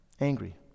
Angry